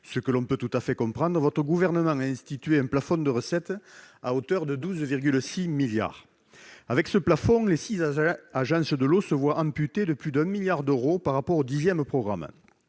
ce que l'on peut tout à fait comprendre, votre gouvernement a institué un plafond de recettes à hauteur de 12,6 milliards d'euros. Avec ce plafond, les six agences se voient amputées de plus de 1 milliard d'euros par rapport au dixième programme.